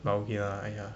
but okay ah !aiya!